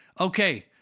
Okay